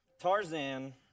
Tarzan